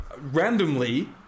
randomly